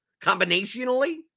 Combinationally